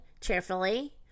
cheerfully